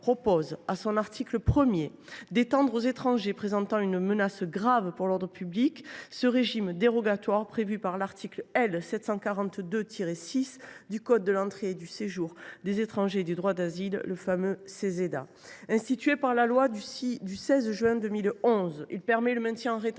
prévoit, à l’article 1, d’étendre aux étrangers présentant une menace grave pour l’ordre public le régime dérogatoire prévu par l’article L. 742 6 du code de l’entrée et du séjour des étrangers et du droit d’asile. Institué par la loi du 16 juin 2011, ce régime permet le maintien en rétention